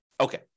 Okay